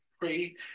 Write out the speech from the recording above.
pray